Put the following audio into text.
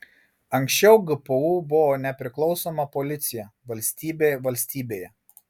anksčiau gpu buvo nepriklausoma policija valstybė valstybėje